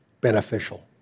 beneficial